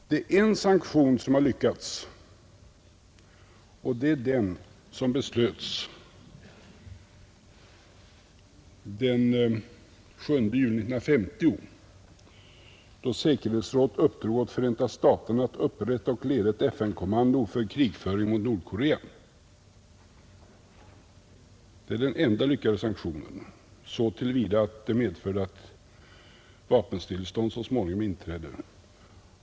Det är en sanktion som har lyckats, och det är den som beslöts den 7 juni 1950, då säkerhetsrådet uppdrog åt Förenta staterna att upprätta och leda ett FN-kommando för krigföring mot Nordkorea. Det är den enda lyckade sanktionen — så till vida att den medförde att vapenstillestånd så småningom inträdde.